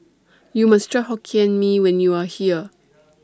YOU must Try Hokkien Mee when YOU Are here